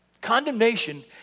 Condemnation